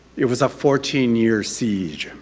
it was a fourteen year siege,